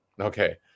Okay